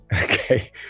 Okay